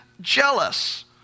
jealous